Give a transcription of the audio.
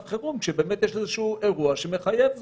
חירום כשבאמת יש איזה שהוא אירוע שמחייב זאת.